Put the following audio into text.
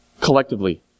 Collectively